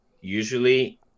Usually